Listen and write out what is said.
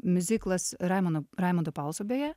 miuziklas raimano raimundo palso beje